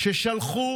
ששלחו